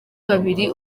babiri